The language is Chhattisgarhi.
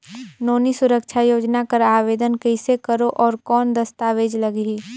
नोनी सुरक्षा योजना कर आवेदन कइसे करो? और कौन दस्तावेज लगही?